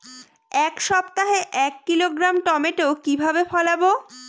এক সপ্তাহে এক কিলোগ্রাম টমেটো কিভাবে ফলাবো?